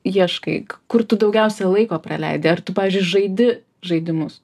ieškai kur tu daugiausiai laiko praleidi ar tu pavyzdžiui žaidi žaidimus